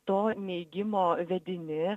to neigimo vedini